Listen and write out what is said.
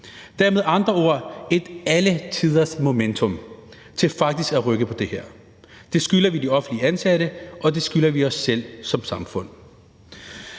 er med andre ord alletiders momentum til faktisk at rykke på det her. Det skylder vi de offentligt ansatte, og det skylder vi os selv som samfund.